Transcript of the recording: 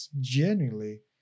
genuinely